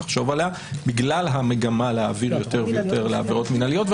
בגלל המגמה להעביר יותר ויותר לעבירות מינהליות.